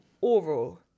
oral